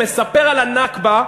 מספר על הנכבה,